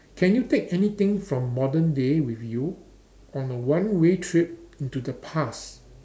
can you take anything from modern day with you on a one way trip into the past